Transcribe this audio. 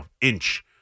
inch